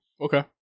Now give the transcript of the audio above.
okay